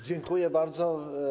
Dziękuję bardzo.